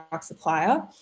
supplier